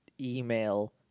email